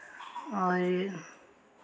और